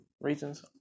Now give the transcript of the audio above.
reasons